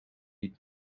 need